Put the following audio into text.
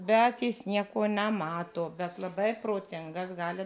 bet jis nieko nemato bet labai protingas gali